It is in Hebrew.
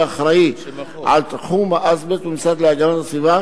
אחראי לתחום האזבסט במשרד להגנת הסביבה